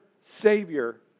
Savior